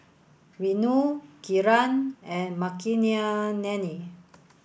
Renu Kiran and